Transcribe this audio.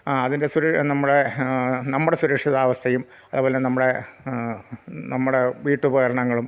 അതിൻ്റെ നമ്മുടെ നമ്മുടെ സുരക്ഷിതാവസ്ഥയും അതുപോലെ നമ്മുടെ നമ്മുടെ വീട്ടുപകരണങ്ങളും